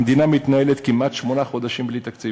המדינה מתנהלת כמעט שמונה חודשים בלי תקציב,